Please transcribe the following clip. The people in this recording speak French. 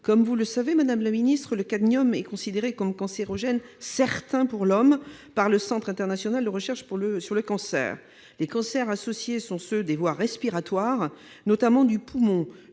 Comme vous le savez, le cadmium est considéré comme cancérogène certain pour l'homme par le centre international de recherche sur le cancer. Les cancers associés sont ceux des voies respiratoires, notamment du poumon.